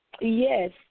Yes